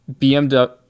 BMW